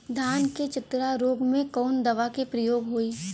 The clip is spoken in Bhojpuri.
धान के चतरा रोग में कवन दवा के प्रयोग होई?